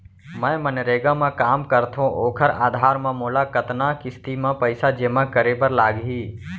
मैं मनरेगा म काम करथो, ओखर आधार म मोला कतना किस्ती म पइसा जेमा करे बर लागही?